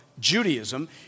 Judaism